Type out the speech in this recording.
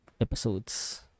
episodes